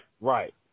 Right